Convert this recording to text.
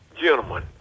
gentlemen